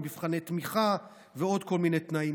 מבחני תמיכה ועוד כל מיני תנאים.